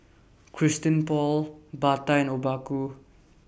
Christian Paul Bata and Obaku